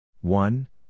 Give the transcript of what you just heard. one